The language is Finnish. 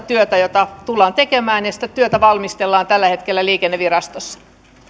työtä jota tullaan tekemään ja sitä työtä valmistellaan tällä hetkellä liikennevirastossa